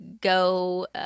go –